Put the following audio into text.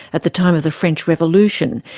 at the time of the french revolution,